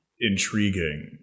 intriguing